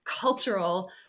cultural